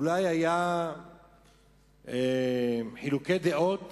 אולי היו חילוקי דעות